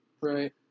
Right